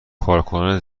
کارکنان